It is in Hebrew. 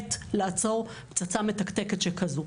באמת לעצור פצצה מתקתקת שכזו.